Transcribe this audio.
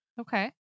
okay